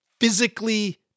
physically